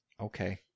Okay